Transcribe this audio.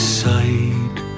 side